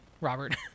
Robert